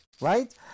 Right